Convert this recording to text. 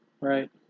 Right